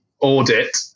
audit